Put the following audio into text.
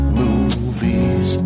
movies